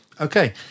okay